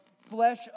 flesh